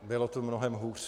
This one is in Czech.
Bylo tu mnohem hůř.